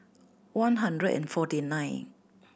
one hundred and forty nine